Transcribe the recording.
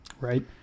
Right